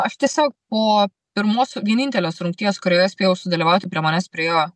aš tiesiog po pirmosio vienintelės rungties kurioje spėjau sudalyvauti prie manęs priėjo